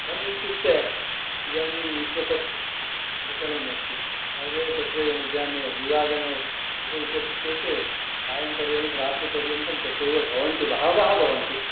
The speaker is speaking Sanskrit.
तमित्युक्ते इदानीं विश्व कप् प्रचलन् अस्ति सर्वे तत्रैव मध्याह्णे द्विवादने उपविशति चेत् सायम्पर्यन्तं रात्रिपर्यन्तं तत्रैव भवन्ति बहवः भवन्ति